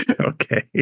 Okay